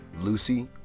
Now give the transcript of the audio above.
Lucy